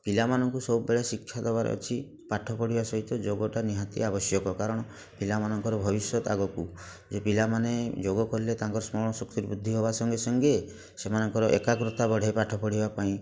ପିଲାମାନଙ୍କୁ ସବୁବେଳେ ଶିକ୍ଷା ଦବାର ଅଛି ପାଠ ପଢ଼ିବା ସହିତ ଯୋଗଟା ନିହାତି ଆବଶ୍ୟକ କାରଣ ପିଲାମାନଙ୍କର ଭବିଷ୍ୟତ ଆଗକୁ ଯେ ପିଲାମାନେ ଯୋଗ କଲେ ତାଙ୍କ ସ୍ମରଣ ଶକ୍ତି ବୃଦ୍ଧି ହବା ସଙ୍ଗେ ସଙ୍ଗେ ସେମାନଙ୍କର ଏକାଗ୍ରତା ବଢ଼େ ପାଠ ପଢ଼ିବା ପାଇଁ